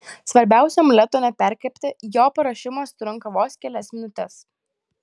svarbiausia omleto neperkepti jo paruošimas trunka vos kelias minutes